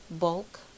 Bulk